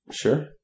Sure